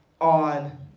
on